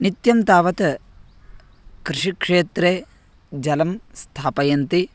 नित्यं तावत् कृषिक्षेत्रे जलं स्थापयन्ति